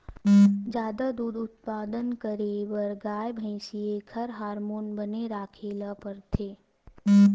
जादा दूद उत्पादन करे बर गाय, भइसी एखर हारमोन बने राखे ल परथे